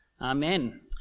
Amen